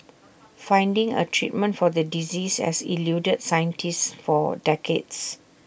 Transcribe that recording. finding A treatment for the disease has eluded scientists for decades